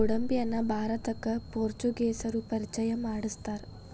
ಗೋಡಂಬಿಯನ್ನಾ ಭಾರತಕ್ಕ ಪೋರ್ಚುಗೇಸರು ಪರಿಚಯ ಮಾಡ್ಸತಾರ